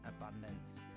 abundance